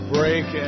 Break